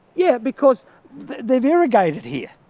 yeah, because they've irrigated here.